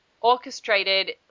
orchestrated